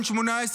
בן 18,